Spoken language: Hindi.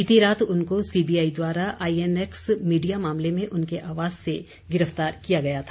बीती रात उनको सीबीआई द्वारा आईएनएक्स मीडिया मामले में उनके आवास से गिरफ्तार किया गया था